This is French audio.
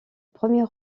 premier